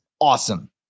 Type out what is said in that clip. awesome